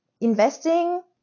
investing